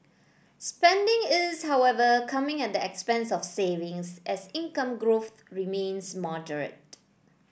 spending is however coming at the expense of savings as income growth remains moderate